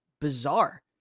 bizarre